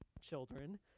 children